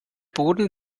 boden